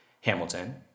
Hamilton